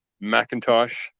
Macintosh